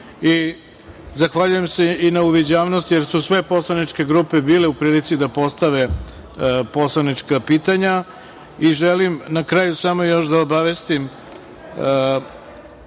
i zahvaljujem se i na uviđavnosti, jer su sve poslaničke grupe bile u prilici da postave poslanička pitanja. Želim na kraju samo još da obavestim